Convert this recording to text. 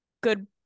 good